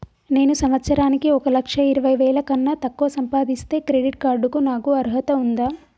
నేను సంవత్సరానికి ఒక లక్ష ఇరవై వేల కన్నా తక్కువ సంపాదిస్తే క్రెడిట్ కార్డ్ కు నాకు అర్హత ఉందా?